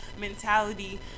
mentality